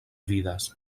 vidas